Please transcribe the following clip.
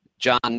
John